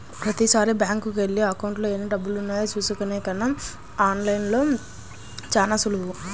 ప్రతీసారీ బ్యేంకుకెళ్ళి అకౌంట్లో ఎన్నిడబ్బులున్నాయో చూసుకునే కన్నా ఆన్ లైన్లో చానా సులువు